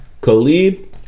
Khalid